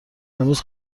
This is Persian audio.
امروز